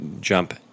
jump